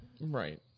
Right